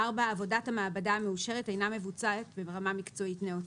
(4)עבודת המעבדה המאושרת אינה מבוצעת ברמה מקצועית נאותה.